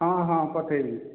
ହଁ ହଁ ପଠାଇବି